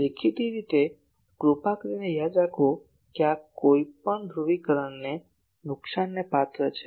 તેથી દેખીતી રીતે આ કૃપા કરીને યાદ રાખો કે આ કોઈ ધ્રુવીકરણને નુકસાનને પાત્ર છે